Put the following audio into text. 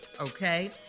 Okay